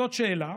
זו שאלה,